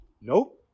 Nope